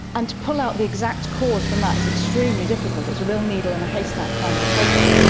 and to pull out the exact cause from that is extremely difficult, it's a real needle in a haystack-kind of a problem.